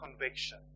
conviction